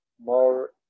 more